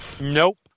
Nope